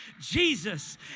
Jesus